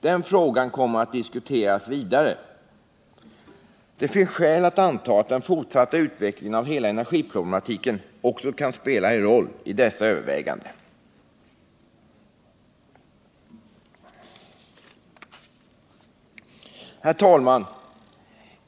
Den frågan kommer att diskuteras vidare. Det finns skäl att anta att den fortsatta utvecklingen när det gäller hela energiproblematiken kan komma att spela en roll i dessa överväganden. Herr talman!